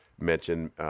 mention